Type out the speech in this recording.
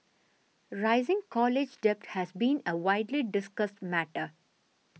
rising college debt has been a widely discussed matter